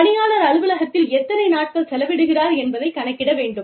பணியாளர் அலுவலகத்தில் எத்தனை நாட்கள் செலவிடுகிறார் என்பதை கணக்கிட வேண்டும்